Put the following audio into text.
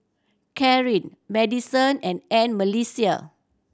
Carin Madisen and I'm Melissia